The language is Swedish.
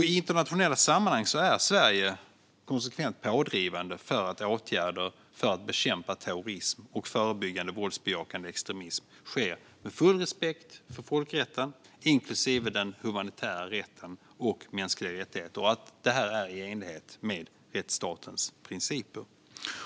I internationella sammanhang är Sverige konsekvent pådrivande för att åtgärder för att bekämpa terrorism och förebygga våldsbejakande extremism sker med full respekt för folkrätten inklusive den humanitära rätten och mänskliga rättigheter och att det här är i enlighet med rättsstatens principer.